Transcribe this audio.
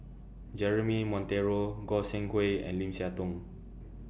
Jeremy Monteiro Goi Seng Hui and Lim Siah Tong